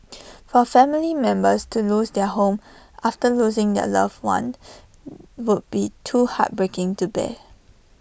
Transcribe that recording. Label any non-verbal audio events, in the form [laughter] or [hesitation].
for family members to lose their home after losing their loved one [hesitation] would be too heartbreaking to bear